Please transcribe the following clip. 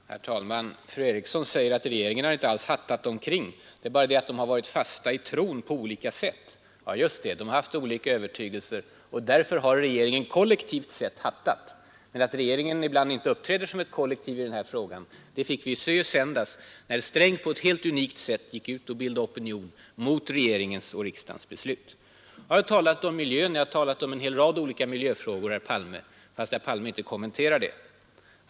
Herr talman! Fru Eriksson i Stockholm säger att regeringen inte har hattat omkring, det är bara det att de har varit fasta i tron på olika sätt! Just det. De har haft olika övertygelser. Därför har regeringen kollektivt sett hattat. Men att regeringen inte uppträder som ett kollektiv i denna fråga, det fick vi se i söndags när herr Sträng på ett helt unikt sätt gick ut och bildade opinion mot regeringens och riksdagens beslut. Jag har i dag talat om miljön och jag har nämnt en hel rad olika miljöfrågor, även om herr Palme inte kommenterar dem.